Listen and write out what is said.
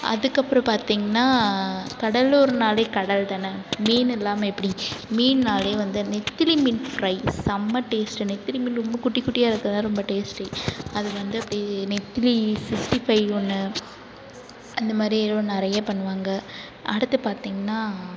அதற்கப்றோ பார்த்திங்கனா கடலூர்னாலே கடல் தன மீன் இல்லாமல் எப்படி மீன்னாலே வந்து நெத்திலி மீன் ஃப்ரை செம்ம டேஸ்ட் நெத்திலி மீன் ரொம்ப குட்டி குட்டியாக இருக்கறது தான் ரொம்ப டேஸ்ட்டி அது வந்து அப்படி நெத்திலி சிக்ட்டி ஃபைவ் ஒன்று அந்தமாரி இன்னும் நிறைய பண்ணுவாங்க அடுத்து பாத்திங்கனா